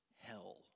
hell